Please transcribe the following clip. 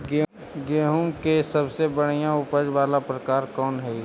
गेंहूम के सबसे बढ़िया उपज वाला प्रकार कौन हई?